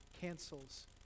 cancels